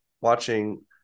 watching